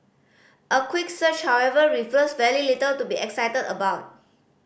a quick search however reveals very little to be excited about